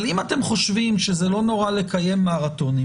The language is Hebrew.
אבל אם אתם חושבים שזה לא נורא לקיים מרתונים,